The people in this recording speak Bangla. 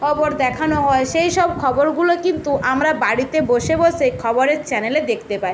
খবর দেখানো হয় সেই সব খবরগুলো কিন্তু আমরা বাড়িতে বসে বসে খবরের চ্যানেলে দেখতে পাই